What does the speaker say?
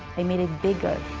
i made it bigger.